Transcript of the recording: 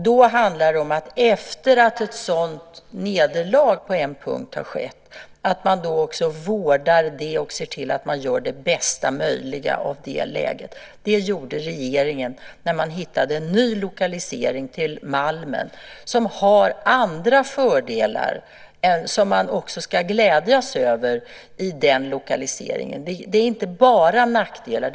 Då handlar det om att efter att ett sådant nederlag har skett på en punkt måste man också vårda det och se till att man gör det bästa möjliga av läget. Det gjorde regeringen när man hittade en ny lokalisering till Malmen, som har andra fördelar som man också ska glädjas över vad gäller den lokaliseringen. Det är inte bara nackdelar.